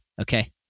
okay